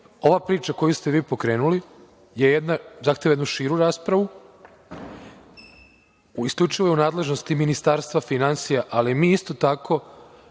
ova priča koju ste vi pokrenuli, zahteva jednu širu raspravu, u isključivoj nadležnosti Ministarstva finansija, ali mi isto tako